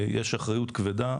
יש אחריות כבדה,